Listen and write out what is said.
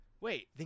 Wait